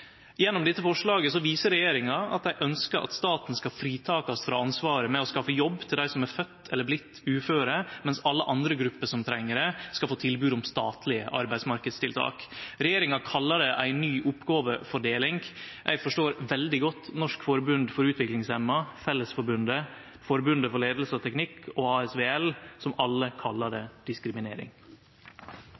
Gjennom dette forslaget viser regjeringa at dei ønskjer at staten skal fritakast frå ansvaret med å skaffe jobb til dei som er fødde uføre eller har vorte det, mens alle andre grupper som treng det, skal få tilbod om statlege arbeidsmarknadstiltak. Regjeringa kallar det ei ny oppgåvefordeling. Eg forstår veldig godt Norsk Forbund for Utviklingshemmede, Fellesforbundet, Forbundet for Ledelse og Teknikk og ASVL, som alle kallar det diskriminering.